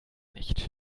nicht